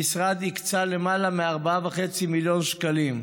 המשרד הקצה למעלה מ-4.5 מיליון שקלים.